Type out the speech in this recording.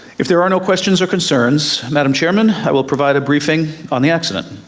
if there are no questions or concerns, madam chairman, i will provide a briefing on the accident.